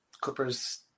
Clippers